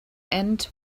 end